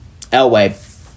Elway